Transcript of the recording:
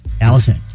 Allison